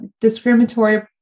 discriminatory